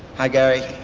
hi gary,